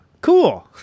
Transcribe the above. cool